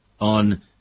on